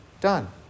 done